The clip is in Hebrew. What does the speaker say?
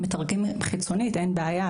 מתרגמים חיצונית, אין בעיה,